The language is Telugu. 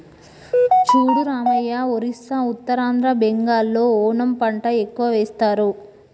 చూడు రామయ్య ఒరిస్సా ఉత్తరాంధ్ర బెంగాల్లో ఓనము పంట ఎక్కువ వేస్తారు